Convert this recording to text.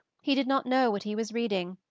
he did not know what he was reading,